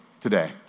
today